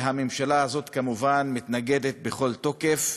והממשלה הזאת כמובן מתנגדת בכל תוקף.